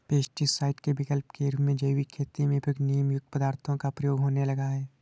pesticide के विकल्प के रूप में जैविक खेती में प्रयुक्त नीमयुक्त पदार्थों का प्रयोग होने लगा है